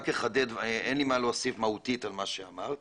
אין לי מה להוסיף מהותית על מה שאמרת,